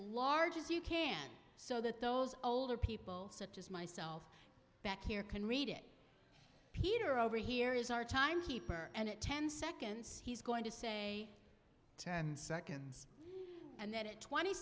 large as you can so that those older people such as myself back here can read it peter over here is our time keeper and ten seconds he's going to say ten seconds and then a twenty